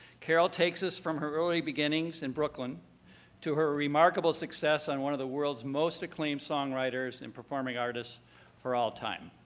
carole takes us from her early beginnings in brooklyn to her remarkable success on one of the world's most acclaimed songwriters and performing artists for all time.